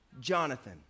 Jonathan